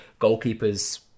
goalkeepers